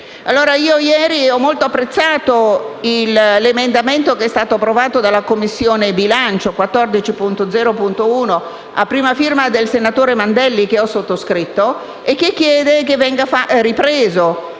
Ieri ho molto apprezzato l'emendamento 14.0.1 che è stato approvato dalla Commissione bilancio, a prima firma del senatore Mandelli (che ho sottoscritto), che chiede che questo processo